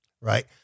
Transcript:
Right